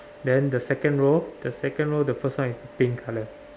then the second row the second row the first one is pink colour